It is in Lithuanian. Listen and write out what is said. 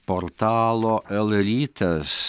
portalo lrytas